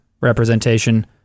representation